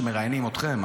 כשמראיינים אתכם,